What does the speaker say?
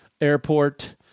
airport